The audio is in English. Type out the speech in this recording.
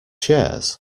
shares